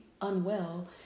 unwell